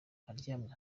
aryamye